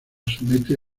somete